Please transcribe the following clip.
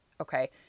Okay